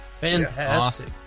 Fantastic